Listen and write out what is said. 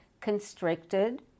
constricted